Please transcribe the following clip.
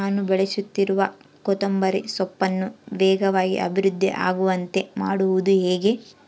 ನಾನು ಬೆಳೆಸುತ್ತಿರುವ ಕೊತ್ತಂಬರಿ ಸೊಪ್ಪನ್ನು ವೇಗವಾಗಿ ಅಭಿವೃದ್ಧಿ ಆಗುವಂತೆ ಮಾಡುವುದು ಹೇಗೆ?